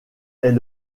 est